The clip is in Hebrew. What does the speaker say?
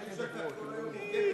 נראה שאתה כל היום הוגה בכתביו.